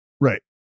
Right